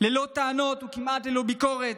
ללא טענות וכמעט בלי ביקורת.